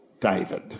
David